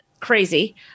Crazy